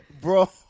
Bro